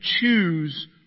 choose